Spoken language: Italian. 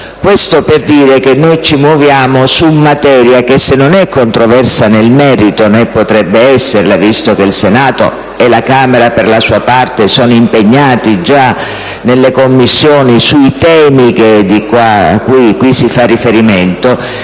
intendo dire che ci muoviamo su una materia che non è controversa nel merito, né potrebbe esserlo, visto che il Senato e la Camera, per la sua parte, sono già impegnati nelle Commissioni sui temi a cui qui si fa riferimento;